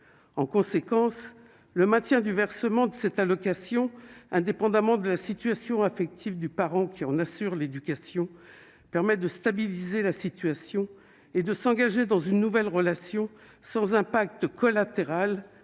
en conséquence le maintien du versement de cette allocation, indépendamment de la situation affectif du parent qui en assure l'éducation permette de stabiliser la situation et de s'engager dans une nouvelle relation sans impact collatéral